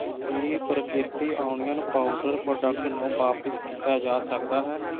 ਕੀ ਪ੍ਰਕ੍ਰਿਤਿਕ onion powder product ਨੂੰ ਵਾਪਸ ਕੀਤਾ ਜਾ ਸਕਦਾ ਹੈ